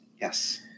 Yes